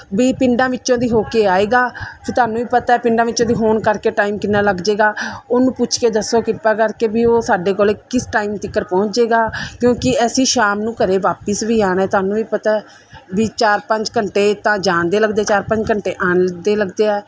ਵੀ ਪਿੰਡਾਂ ਵਿੱਚੋਂ ਦੀ ਹੋ ਕੇ ਆਏਗਾ ਫਿਰ ਤੁਹਾਨੂੰ ਵੀ ਪਤਾ ਪਿੰਡਾਂ ਵਿੱਚੋਂ ਦੀ ਹੋਣ ਕਰਕੇ ਟਾਈਮ ਕਿੰਨਾ ਲੱਗ ਜਾਏਗਾ ਉਹਨੂੰ ਪੁੱਛ ਕੇ ਦੱਸੋ ਕਿਰਪਾ ਕਰਕੇ ਵੀ ਉਹ ਸਾਡੇ ਕੋਲ ਕਿਸ ਟਾਈਮ ਤੀਕਰ ਪਹੁੰਚੇਗਾ ਕਿਉਂਕਿ ਅਸੀਂ ਸ਼ਾਮ ਨੂੰ ਘਰੇ ਵਾਪਿਸ ਵੀ ਆਉਣਾ ਤੁਹਾਨੂੰ ਵੀ ਪਤਾ ਵੀ ਚਾਰ ਪੰਜ ਘੰਟੇ ਤਾਂ ਜਾਣ ਦੇ ਲੱਗਦੇ ਚਾਰ ਪੰਜ ਘੰਟੇ ਆਣ ਦੇ ਲੱਗਦੇ ਆ